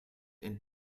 and